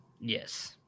Yes